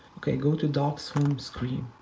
ok, go to docs home screen.